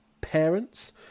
parents